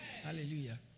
Hallelujah